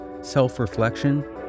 self-reflection